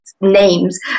names